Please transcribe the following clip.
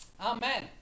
Amen